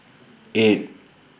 eight